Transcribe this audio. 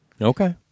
Okay